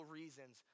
reasons